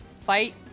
fight